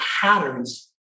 patterns